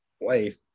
wife